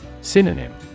Synonym